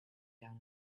down